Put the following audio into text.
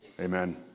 Amen